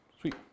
Sweet